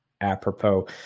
apropos